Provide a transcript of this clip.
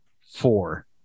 four